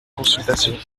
consultation